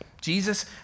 Jesus